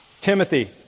Timothy